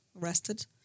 arrested